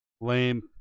Lame